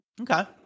Okay